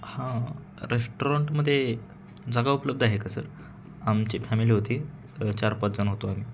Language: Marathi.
हां रेस्टॉरंटमध्ये जागा उपलब्ध आहे का सर आमची फॅमिली होती चार पाचजणं होतो आम्ही